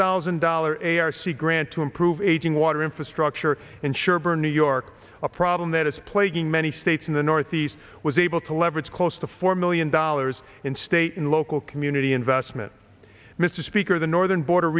thousand dollars a r c grant to improve aging water infrastructure ensure better new york a problem that is plaguing many states in the northeast was able to leverage close to four million dollars in state and local community investment mr speaker the northern border